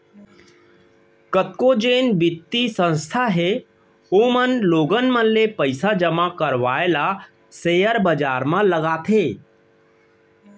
कतको जेन बित्तीय संस्था हे ओमन लोगन मन ले पइसा जमा करवाय ल सेयर बजार म लगाथे